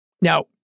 Now